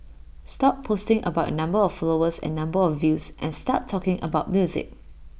stop posting about your number of followers and number of views and start talking about music